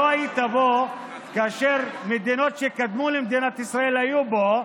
לא היית פה כאשר מדינות שקדמו למדינת ישראל היו פה.